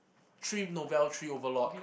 three novel three overlord